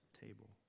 table